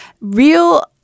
real